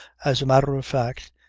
as a matter of fact,